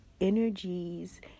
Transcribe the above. energies